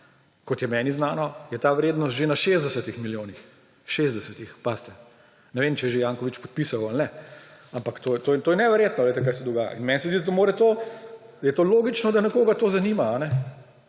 kot je meni znano, je ta vrednost že na 60 milijonih, 60, pazite. Ne vem, če je že Janković podpisal ali ne, ampak to je neverjetno, kaj se dogaja. In meni se zdi, da je to logično, da nekoga to zanima.